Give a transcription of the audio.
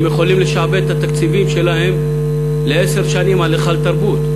הם יכולים לשעבד את התקציבים שלהם לעשר שנים על היכל תרבות,